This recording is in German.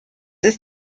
ist